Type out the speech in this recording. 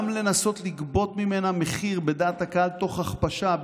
גם לנסות לגבות ממנה מחיר בדעת הקהל תוך הכפשה,